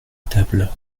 table